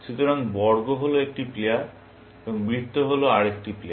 সুতরাং বর্গ হল একটি প্লেয়ার এবং বৃত্ত হল আরেকটি প্লেয়ার